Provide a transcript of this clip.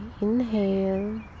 inhale